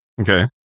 Okay